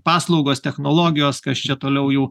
paslaugos technologijos kas čia toliau jau